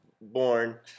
born